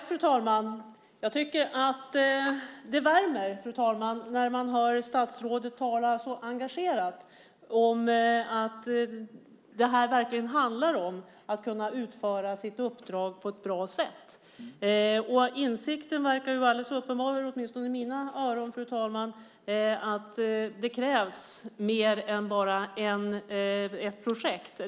Fru talman! Jag tycker att det värmer när man hör statsrådet tala så engagerat om att detta verkligen handlar om att kunna utföra sitt uppdrag på ett bra sätt. Insikten verkar vara alldeles uppenbar, åtminstone i mina öron, fru talman: Det krävs mer än bara ett projekt.